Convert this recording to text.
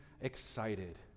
excited